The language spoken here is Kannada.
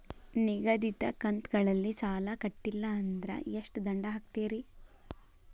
ನಿಗದಿತ ಕಂತ್ ಗಳಲ್ಲಿ ಸಾಲ ಕಟ್ಲಿಲ್ಲ ಅಂದ್ರ ಎಷ್ಟ ದಂಡ ಹಾಕ್ತೇರಿ?